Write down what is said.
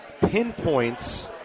pinpoints